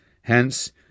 Hence